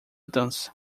dança